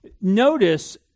notice